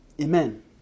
Amen